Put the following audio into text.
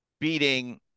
beating